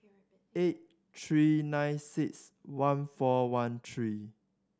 eight three nine six one four one three